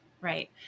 Right